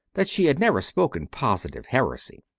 that she had never spoken positive heresy.